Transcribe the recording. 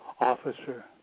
Officer